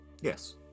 Yes